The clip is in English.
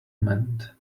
mend